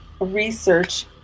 research